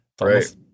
Right